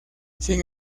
sin